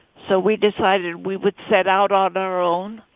so we decided we would set out on our own.